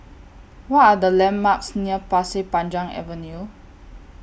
What Are The landmarks near Pasir Panjang Avenue